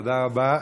תודה רבה.